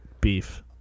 beef